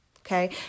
Okay